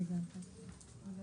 הישיבה ננעלה בשעה 10:42.